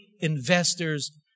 investors